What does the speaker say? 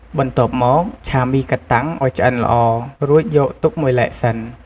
បន្ទាប់មក ឆាមីកាតាំងឱ្យឆ្អិនល្អ រួចយកទុកមួយឡែកសិន។